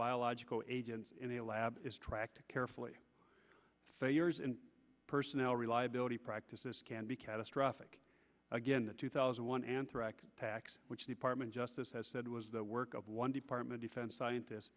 biological agents in the lab is tracked carefully failures and personal reliability practices can be catastrophic again the two thousand and one anthrax attacks which department justice has said was the work of one department defense scientists